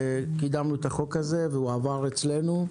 קידמנו את החוק הזה והוא עבר אצלנו.